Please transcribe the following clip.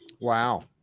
Wow